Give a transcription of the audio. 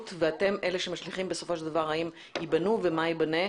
ואתם אלה שמשליכים בסופו של דבר האם ייבנה ומה ייבנה.